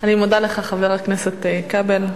אני מודה לך, חבר הכנסת כבל.